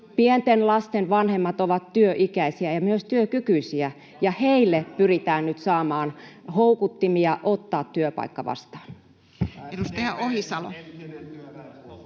pienten lasten vanhemmat ovat työikäisiä ja myös työkykyisiä, ja heille pyritään nyt saamaan houkuttimia ottaa työpaikka vastaan. [Ben Zyskowicz: